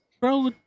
Bro